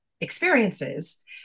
experiences